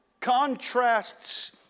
contrasts